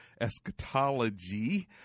eschatology